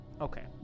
Okay